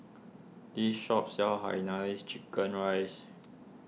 this shop sells Hainanese Chicken Rice